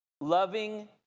loving